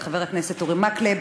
את חבר הכנסת אורי מקלב.